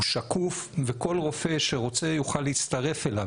הוא שקוף וכל רופא שרוצה יוכל להצטרף אליו.